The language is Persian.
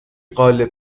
قالب